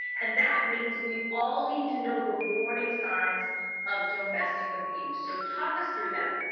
and that means we all need to know the warning signs of domestic abuse. so talk us through that.